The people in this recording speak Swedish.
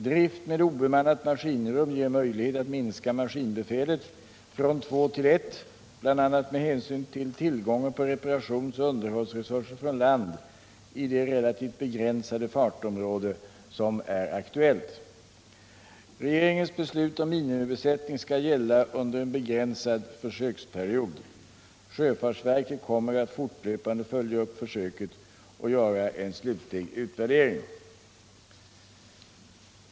Drift med obemannat maskinrum ger möjlighet att minska maskinbefälet från två till ett bl.a. med hänsyn till tillgången på reparationsoch underhållsresurser från land i det relativt begränsade fartområde som är aktuellt. Regeringens beslut om minimibesättning skall gälla under en begränsad försöksperiod. Sjöfartsverket kommer att fortlöpande följa upp försöket och göra en slutlig utvärdering.